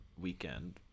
weekend